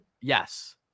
Yes